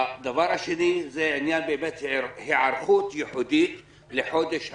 דבר נוסף הוא ההיערכות הייחודית לחודש הרמדאן.